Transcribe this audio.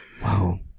Wow